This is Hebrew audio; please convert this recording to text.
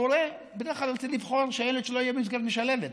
ההורה בדרך כלל יעדיף לבחור שהילד שלו יהיה במסגרת משלבת,